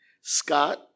Scott